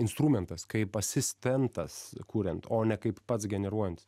instrumentas kaip asistentas kuriant o ne kaip pats generuojant